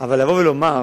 אבל לבוא ולומר,